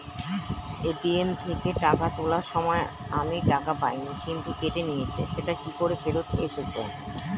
ATM থেকে টাকা তোলার সময় আমি টাকা পাইনি কিন্তু কেটে নিয়েছে সেটা কি ফেরত এসেছে?